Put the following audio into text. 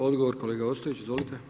Odgovor kolega Ostojić, izvolite.